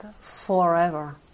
forever